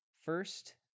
first